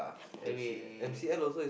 I mean